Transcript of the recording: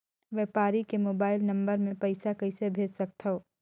व्यापारी के mobile number मे पईसा कइसे भेज सकथव?